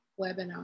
webinar